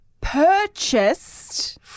purchased